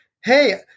Hey